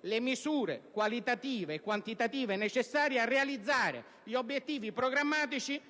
le misure qualitative e quantitative necessarie a realizzare gli obiettivi programmatici